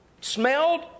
smelled